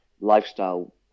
lifestyle